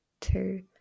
two